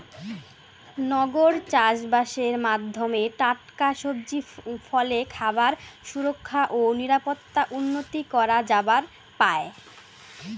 নগর চাষবাসের মাধ্যমে টাটকা সবজি, ফলে খাবার সুরক্ষা ও নিরাপত্তা উন্নতি করা যাবার পায়